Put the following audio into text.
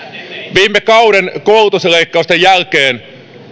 viime kauden koulutusleikkausten jälkeen